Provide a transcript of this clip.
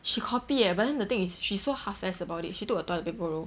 she copy leh but then the thing is she's so half ass about it she took a toilet paper roll